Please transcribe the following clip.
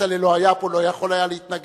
כצל'ה לא היה פה, לא יכול היה להתנגד.